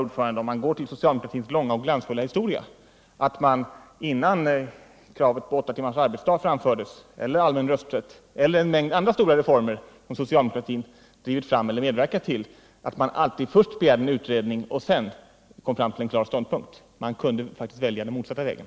Om man går till socialdemokratins långa och glansfulla historia, finner man att socialdemokraterna, innan de förde fram krav på åtta timmars arbetsdag, på allmän rösträtt och på en mängd andra stora reformer, inte först begärde en utredning och sedan kom fram till en klar ståndpunkt. De valde faktiskt den motsatta vägen.